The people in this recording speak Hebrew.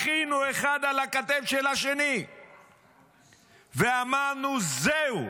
בכינו אחד על הכתף של השני ואמרנו: זהו,